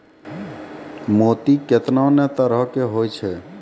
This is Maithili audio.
मोती केतना नै तरहो के होय छै